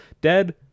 Dead